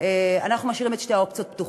אנחנו משאירים את שתי האופציות פתוחות.